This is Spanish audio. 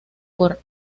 por